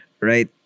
right